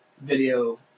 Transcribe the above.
video